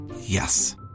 Yes